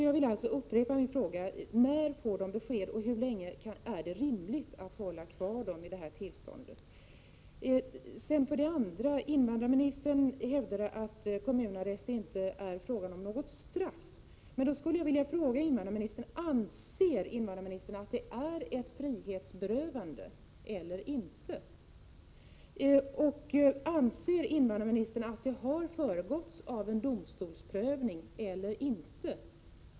Jag vill alltså upprepa min fråga: När får de besked och hur länge är det rimligt att hålla kvar dem i detta tillstånd? Invandrarministern hävdade att kommunarrest inte är fråga om något straff. Då skulle jag vilja fråga om invandrarministern anser att den är ett frihetsberövande eller inte. Anser invandrarministern att den har föregåtts av en domstolsprövning eller inte?